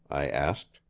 i asked.